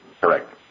Correct